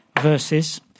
verses